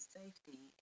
safety